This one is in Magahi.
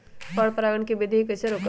पर परागण केबिधी कईसे रोकब?